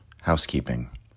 housekeeping